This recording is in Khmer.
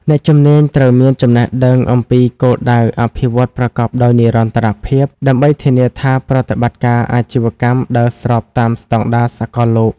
អ្នកជំនាញត្រូវមានចំណេះដឹងអំពីគោលដៅអភិវឌ្ឍន៍ប្រកបដោយនិរន្តរភាព ដើម្បីធានាថាប្រតិបត្តិការអាជីវកម្មដើរស្របតាមស្តង់ដារសកលលោក។